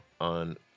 on